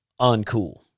uncool